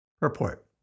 Report